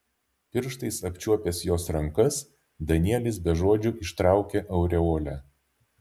pirštais apčiuopęs jos rankas danielis be žodžių ištraukė aureolę